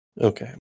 Okay